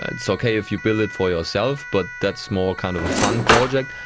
it's okay if you build it for yourself, but that's more kind of a fun project.